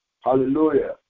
Hallelujah